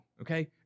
Okay